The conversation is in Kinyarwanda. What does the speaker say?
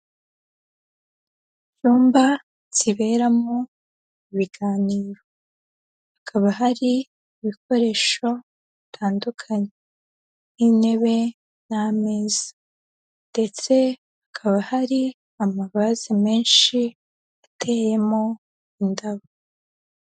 Icyumba kiberamo ibiganiro hakaba hari ibikoresho bitandukanye nk'intebe n'ameza ndetse hakaba hari amavaze menshi ateyemo indabo.